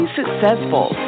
successful